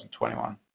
2021